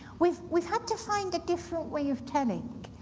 we've we've had to find a different way of telling.